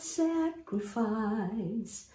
sacrifice